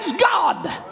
God